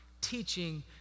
teaching